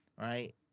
right